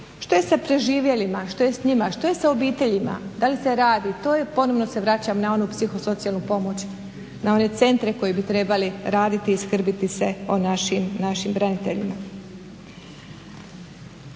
Što je sa preživjelima? Što je sa njima? Što je sa obiteljima? Da li se radi? To je ponovno se vraćam na onu psihosocijalnu pomoć, na one centre koji bi trebali raditi i skrbiti se o našim braniteljima.